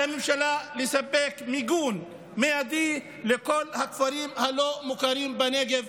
על הממשלה לספק מיגון מיידי לכל הכפרים הלא-מוכרים בנגב.